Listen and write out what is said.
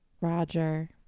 Roger